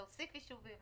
להוסיף יישובים?